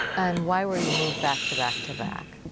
and why were you moved back-to-back to back?